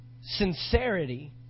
sincerity